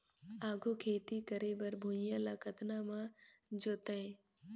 आघु खेती करे बर भुइयां ल कतना म जोतेयं?